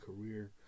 career